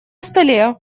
столе